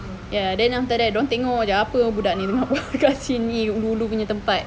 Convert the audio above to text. ya then after that dorang tengok jer apa budak ni tengah buat kat sini ulu ulu punya tempat